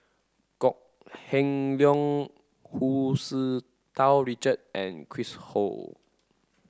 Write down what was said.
Kok Heng Leun Hu Tsu Tau Richard and Chris Ho